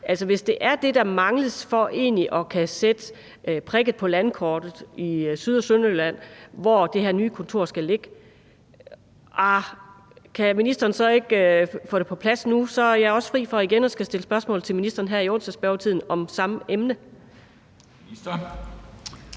hvis det er det, der mangles for egentlig at kunne sætte prikken på landkortet i Syd- og Sønderjylland for, hvor det her nye kontor skal ligge, kan ministeren så ikke få det på plads nu? Så er jeg også fri for igen at skulle stille spørgsmål til ministeren her i onsdagsspørgetiden om samme emne.